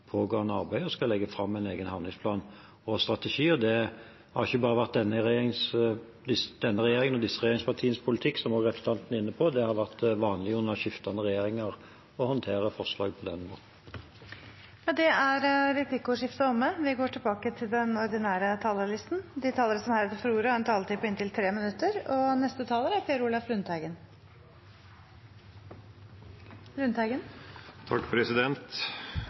pågående arbeid og skal legge fram en egen handlingsplan og strategi. Det har ikke bare vært denne regjeringen og disse regjeringspartienes politikk, som representanten var inne på, det har vært vanlig under skiftende regjeringer å håndtere forslag på den måten. Replikkordskiftet er omme. De talere som heretter får ordet, har også en taletid på inntil 3 minutter. Det var interessant å høre statsrådens siste svar. Det er